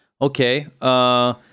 okay